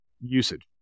usage